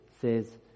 says